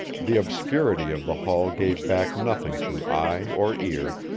the obscurity of the hall gave back nothing to eye or ear,